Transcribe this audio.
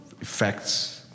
effects